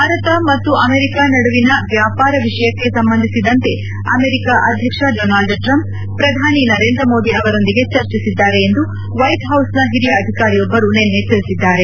ಭಾರತ ಮತ್ತು ಅಮೆರಿಕ ನಡುವಿನ ವ್ಯಾಪಾರ ವಿಷಯಕ್ಷೆ ಸಂಬಂಧಿಸಿದಂತೆ ಅಮೆರಿಕ ಅಧ್ಯಕ್ಷ ಡೊನಾಲ್ಡ್ ಟ್ರಂಪ್ ಪ್ರಧಾನಿ ನರೇಂದ್ರ ಮೋದಿ ಅವರೊಂದಿಗೆ ಚರ್ಚಿಸಿದ್ದಾರೆ ಎಂದು ವೈಟ್ಹೌಸ್ನ ಹಿರಿಯ ಅಧಿಕಾರಿಯೊಬ್ಲರು ನಿನ್ನೆ ತಿಳಿಸಿದ್ದಾರೆ